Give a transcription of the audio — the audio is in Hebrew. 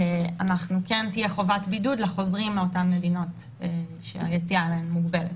כן תהיה חובת בידוד לחוזרים מאותן מדינות שהיציאה אליהן מוגבלת,